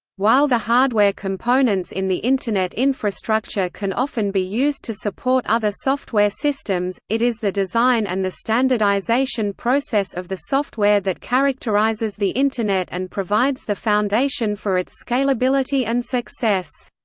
while the hardware components in the internet infrastructure can often be used to support other software systems, it is the design and the standardization process of the software that characterizes the internet and provides the foundation for its scalability and success.